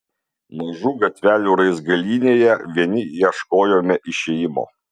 mažų gatvelių raizgalynėje vieni ieškojome išėjimo